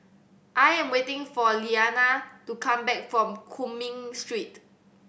I am waiting for Liliana to come back from Cumming Street